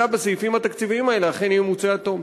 בסעיפים התקציביים האלה אכן ימוצה עד תום.